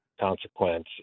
consequence